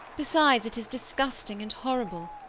besides, it is disgusting and horrible.